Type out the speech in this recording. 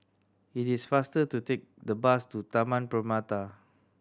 it is faster to take the bus to Taman Permata